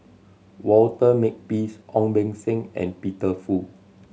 Walter Makepeace Ong Beng Seng and Peter Fu